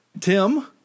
Tim